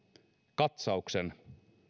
katsauksen